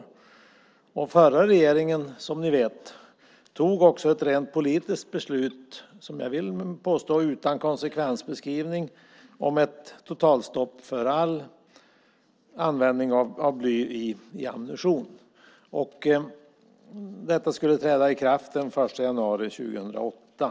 Som ni vet fattade den förra regeringen ett politiskt beslut, som jag vill påstå utan konsekvensbeskrivning, om ett totalstopp för all användning av bly i ammunition. Detta skulle träda i kraft den 1 januari 2008.